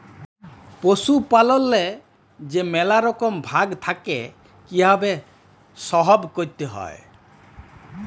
পশুপাললেল্লে যে ম্যালা রকম ভাগ থ্যাকে কিভাবে সহব ক্যরতে হয়